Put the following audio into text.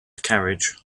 carriage